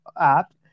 app